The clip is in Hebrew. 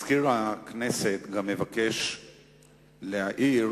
מזכיר הכנסת גם מבקש להעיר,